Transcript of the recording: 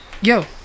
Yo